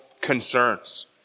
concerns